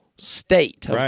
State